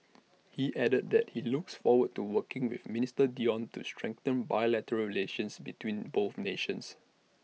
he added that he looks forward to working with minister Dion to strengthen bilateral relations between both nations